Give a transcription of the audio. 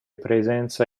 presenza